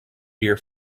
dear